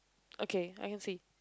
okay I can see